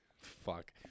Fuck